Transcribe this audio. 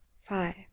five